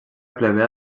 plebea